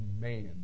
man